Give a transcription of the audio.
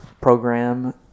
program